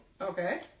Okay